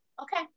Okay